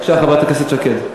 בבקשה, חברת הכנסת שקד.